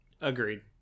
Agreed